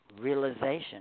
realization